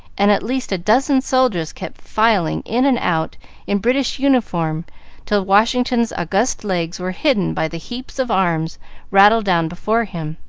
and at least a dozen soldiers kept filing in and out in british uniform till washington's august legs were hidden by the heaps of arms rattled down before him.